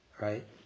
right